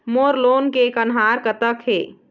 मोर loan के कन्हार कतक हे?